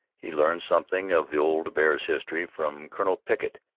he learned something of the old bear's history from colonel pickett,